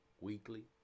weekly